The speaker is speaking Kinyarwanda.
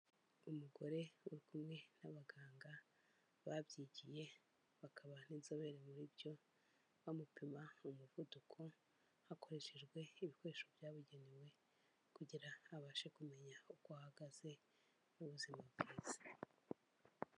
Umugore uri kumwe n'abaganga babyigiye, bakaba n'inzobere muri byo bamupima umuvuduko, hakoreshejwe ibikoresho byabugenewe kugira abashe kumenya uko ahagaze mu buzima bwiza.